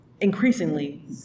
increasingly